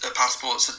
passports